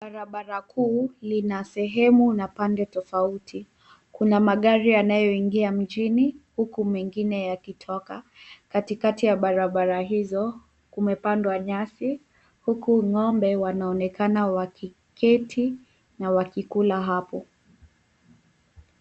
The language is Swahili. Barabara kuu lina sehemu na pande tofauti, kuna magari yanayoingia mjini na huku mengine yakitoka. Katikati ya barabara hizo, kumepandwa nyasi, huku ng'ombe wanaonekana wakiketi na wakikula hapo.